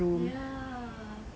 ya